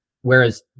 whereas